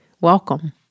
Welcome